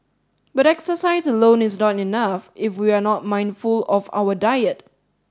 but exercise alone is not enough if we are not mindful of our diet